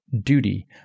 duty